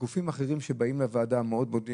הגופים האחרים שבאים לוועדה מודים מאוד.